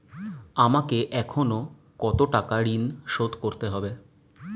আমাকে এখনো কত টাকা ঋণ শোধ করতে হবে?